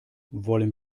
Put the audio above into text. wollen